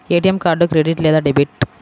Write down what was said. ATM card credit లేదా debit?